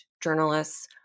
journalists-